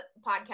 podcast